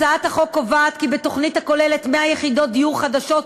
הצעת החוק קובעת כי בתוכנית הכוללת 100 יחידות דיור חדשות,